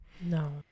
no